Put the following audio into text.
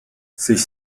sich